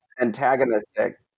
antagonistic